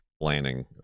planning